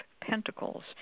pentacles